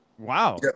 Wow